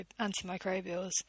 antimicrobials